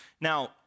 Now